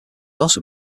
also